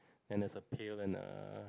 and there's a tail and a